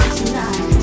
tonight